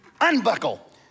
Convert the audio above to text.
unbuckle